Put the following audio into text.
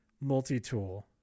multi-tool